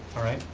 all right.